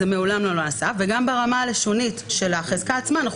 זה מעולם לא נעשה וגם ברמה הלשונית של החזקה עצמה אנחנו